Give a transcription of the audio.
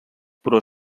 però